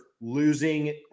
losing